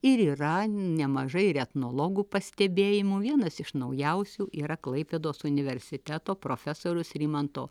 ir yra nemažai ir etnologų pastebėjimų vienas iš naujausių yra klaipėdos universiteto profesoriaus rimanto